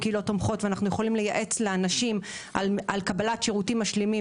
קהילות תומכות; אנחנו יכולים לייעץ לאנשים על קבלת שירותים משלימים,